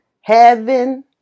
Heaven